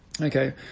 Okay